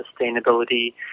sustainability